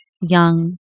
young